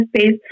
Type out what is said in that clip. space